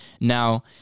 Now